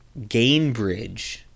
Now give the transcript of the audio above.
Gainbridge